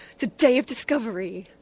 it's a day of discovery.